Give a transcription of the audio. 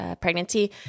pregnancy